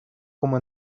como